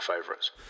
favourites